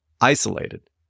isolated